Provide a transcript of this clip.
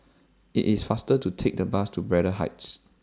IT IS faster to Take The Bus to Braddell Heights